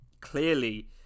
clearly